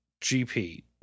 gp